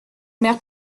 mère